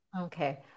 Okay